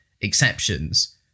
exceptions